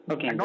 Okay